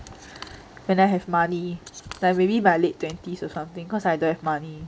when I have money like maybe by late twenties or something cause I don't have money